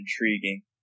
intriguing